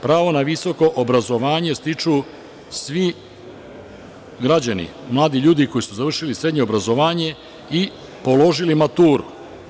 Pravo na visoko obrazovanje stiču svi građani, mladi ljudi koji su završili srednje obrazovanje i položili maturu.